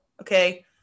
okay